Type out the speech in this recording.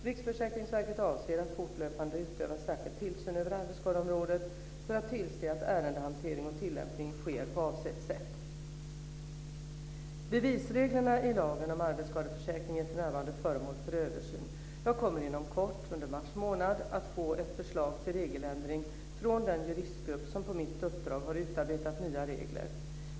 Riksförsäkringsverket avser att fortlöpande utöva särskild tillsyn över arbetsskadeområdet för att tillse att ärendehantering och tillämpning sker på avsett sätt. Bevisreglerna i lagen om arbetsskadeförsäkring är för närvarande föremål för översyn. Jag kommer inom kort, under mars månad, att få ett förslag till regeländring från den juristgrupp som på mitt uppdrag har utarbetat nya regler.